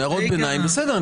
הערות ביניים - בסדר.